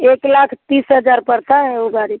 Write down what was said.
एक लाख तीस हज़ार पड़ता है वह गाड़ी